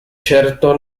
certo